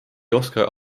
oska